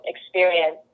experience